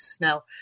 Now